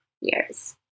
years